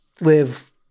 live